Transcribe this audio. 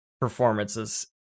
performances